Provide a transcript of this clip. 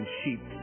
sheep